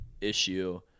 issue